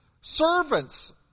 servants